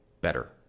better